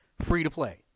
free-to-play